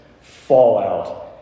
fallout